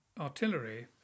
Artillery